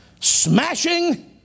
smashing